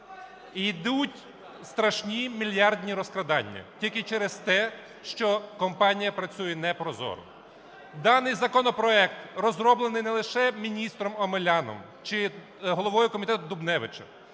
Ідуть страшні мільярдні розкрадання тільки через те, що компанія працює не прозоро. Даний законопроект розроблений не лише міністром Омеляном чи головою комітету Дубневичем,